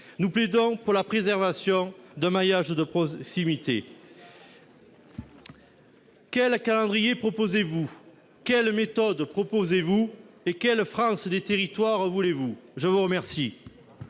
Nous plaidons pour la préservation d'un maillage de proximité. Quel calendrier envisagez-vous ? Quelle méthode proposez-vous ? Quelle France des territoires voulez-vous ? La parole